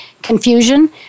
confusion